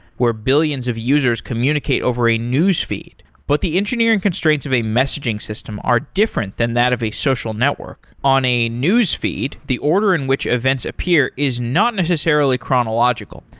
where billions of users communicate over a newsfeed. but the engineering constraints of a messaging system are different than that of a social network. on a newsfeed, the order in which events appear is not necessarily chronological.